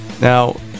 Now